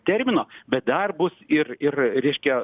termino bet dar bus ir ir reiškia